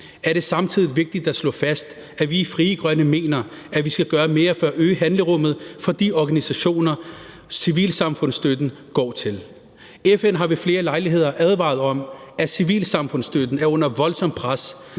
er det samtidig vigtigt at slå fast, at vi i Frie Grønne mener, at vi skal gøre mere for at øge handlerummet for de organisationer, som civilsamfundsstøtten går til. FN har ved flere lejligheder advaret om, at civilsamfundsstøtten er under voldsomt pres,